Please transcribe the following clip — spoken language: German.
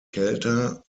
kälter